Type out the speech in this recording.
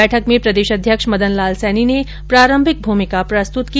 बैठक में प्रदेश अध्यक्ष मदन लाल सैनी ने प्रारम्भिक भूमिका प्रस्तुत की